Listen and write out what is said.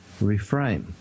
reframe